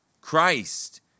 Christ